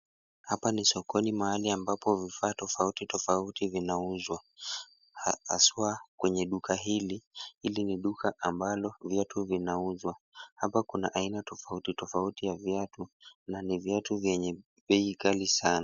Hapa ni sokoni mahali ambapo vifaa tofauti tofauti vinauzwa haswa kwenye duka hili, hili ni duka ambalo viatu vinauzwa. Hapa kuna aina tofauti tofauti ya viatu na ni viatu vyenye bei ghali sana.